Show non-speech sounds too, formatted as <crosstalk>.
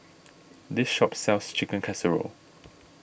<noise> this shop sells Chicken Casserole